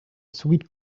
sweet